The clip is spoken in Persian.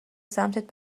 سمتت